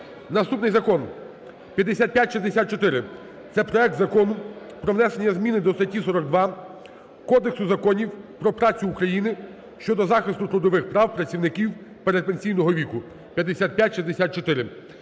Наступний – Закон 5564, це проект Закону про внесення зміни до статті 42 Кодексу законів про працю України щодо захисту трудових прав працівників передпенсійного віку (5564).